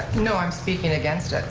no, i'm speaking against it,